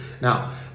Now